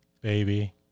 Baby